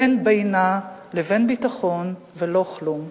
ואין בינה לבין ביטחון ולא כלום.